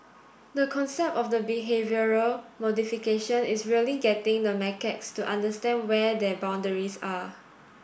the concept of the behavioural modification is really getting the macaques to understand where their boundaries are